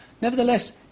nevertheless